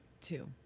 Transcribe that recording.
Two